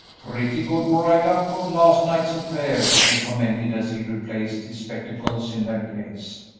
pretty good write-up of last night's affair, he commented, as he replaced his spectacles in their case.